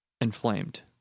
inflamed